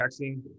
texting